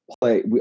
play